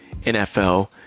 NFL